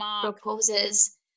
proposes